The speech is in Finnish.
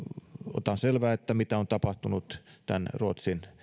otan selvää mitä on tapahtunut tämän ruotsin